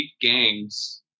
gangs